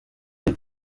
bari